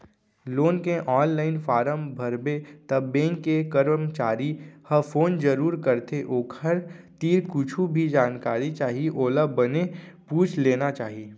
loan के online form भरबे त बेंक के करमचारी ह फोन जरूर करथे ओखर तीर कुछु भी जानकारी चाही ओला बने पूछ लेना चाही